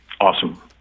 awesome